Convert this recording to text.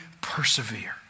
persevere